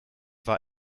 war